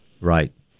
right